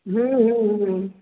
ह्म्म हम्म ह्म्म